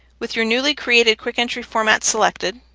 with your newly created quick entry format selected,